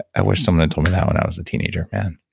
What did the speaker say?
i wish someone had told me that when i was a teenager. man,